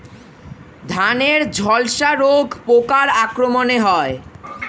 ধানের ঝলসা রোগ পোকার আক্রমণে হয়?